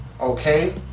okay